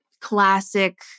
classic